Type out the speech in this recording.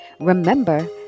Remember